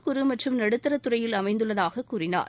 குறு மற்றும் நடுத்தர துறையைச் சார்ந்துள்ளதாக கூறினார்